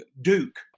Duke